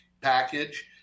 package